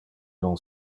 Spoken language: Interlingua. non